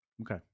Okay